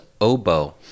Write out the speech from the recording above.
oboe